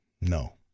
no